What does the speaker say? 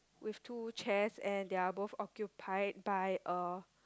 with two chairs and they are both occupied by a